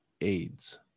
AIDS